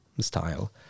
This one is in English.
style